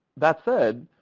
that said,